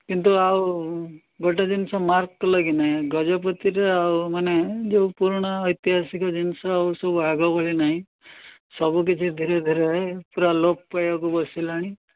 କିନ୍ତୁ ଆଉ ଗୋଟେ ଜିନିଷ ମାର୍କ୍ କଲ କି ନାହିଁ ଗଜପତିରେ ଆଉ ମାନେ ଯେଉଁ ପୁରୁଣା ଐତିହାସିକ ଜିନିଷ ଆଉ ସବୁ ଆଗ ଭଳି ନାହିଁ ସବୁକିଛି ଧୀରେ ଧୀରେ ପୁରା ଲୋପ ପାଇବାକୁ ବସିଲାଣି